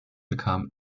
bekam